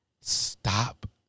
stop